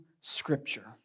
Scripture